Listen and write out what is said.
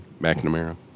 McNamara